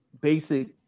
basic